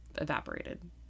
evaporated